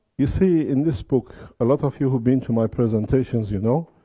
you see, in this book, a lot of you have been to my presentations, you know,